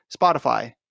Spotify